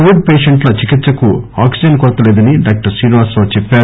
Covid పేషెంట్ల చికిత్సకు oxygen కొరత లేదని డాక్లర్ శ్రీనివాసరావు చెప్పారు